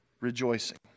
rejoicing